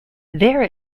there